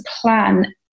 plan